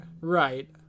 right